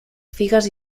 figues